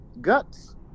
guts